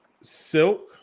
Silk